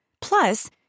Plus